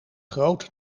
groot